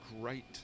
great